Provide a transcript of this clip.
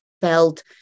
felt